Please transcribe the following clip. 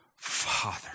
Father